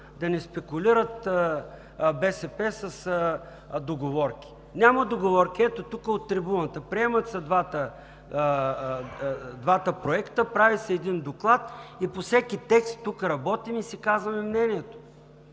да не спекулират с договорки. Няма договорки! Ето тук от трибуната – приемат се двата проекта, прави се един доклад и по всеки текст работим тук, казваме си мнението